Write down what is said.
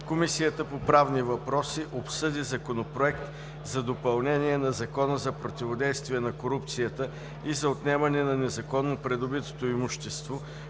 Комисията по правни въпроси обсъди Законопроект за допълнение на Закона за противодействие на корупцията и за отнемане на незаконно придобитото имущество,